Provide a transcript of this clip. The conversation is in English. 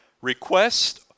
request